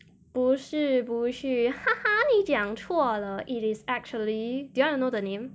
不是不是 你讲错了 it is actually do you want to know the name